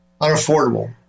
unaffordable